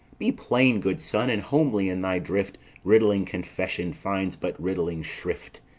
be plain, good son, and homely in thy drift riddling confession finds but riddling shrift.